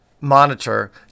monitor